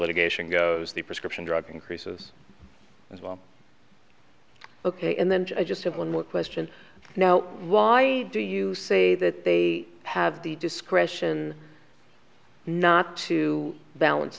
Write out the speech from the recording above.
litigation goes the prescription drug increases as well ok and then i just have one more question now why do you say that they have the discretion not to balance